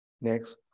Next